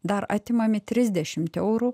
dar atimami trisdešimt eurų